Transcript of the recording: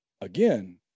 again